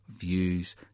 views